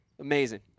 Amazing